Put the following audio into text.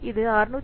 அது 661